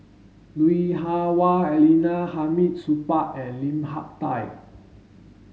Lui Hah Wah Elena Hamid Supaat and Lim Hak Tai